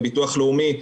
בביטוח לאומי.